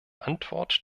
antwort